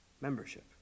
membership